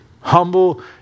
Humble